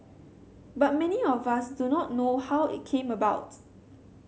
but many of us do not know how it came about